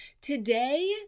Today